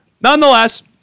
Nonetheless